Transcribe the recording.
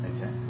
Okay